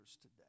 today